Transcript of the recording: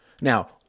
Now